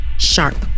Sharp